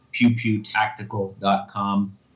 PewPewTactical.com